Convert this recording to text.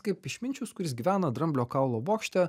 kaip išminčius kuris gyvena dramblio kaulo bokšte